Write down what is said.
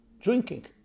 drinking